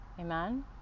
amen